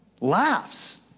laughs